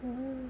mm